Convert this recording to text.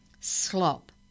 Slop